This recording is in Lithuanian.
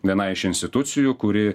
viena iš institucijų kuri